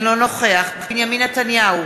אינו נוכח בנימין נתניהו,